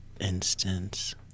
instance